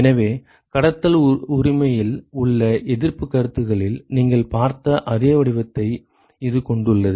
எனவே கடத்தல் உரிமையில் உள்ள எதிர்ப்புக் கருத்துகளில் நீங்கள் பார்த்த அதே வடிவத்தை இது கொண்டுள்ளது